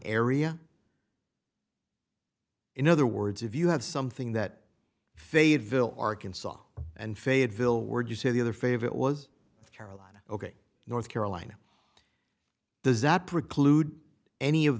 area in other words if you have something that fayetteville arkansas and fayetteville word you say the other favorite was carolina ok north carolina does that preclude any of